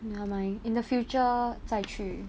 never mind in the future 再去